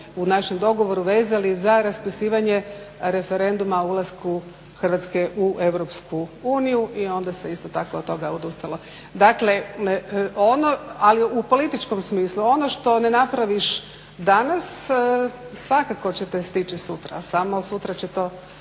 u našem dogovoru vezali za raspisivanje referenduma o ulasku Hrvatske u EU i onda se od toga isto tako od toga odustalo. Dakle, ali u političkom smislu ono što ne napraviš danas svakako će te stići sutra samo sutra će to